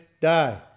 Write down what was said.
die